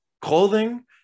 clothing